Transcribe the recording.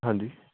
ਹਾਂਜੀ